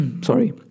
sorry